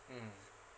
mm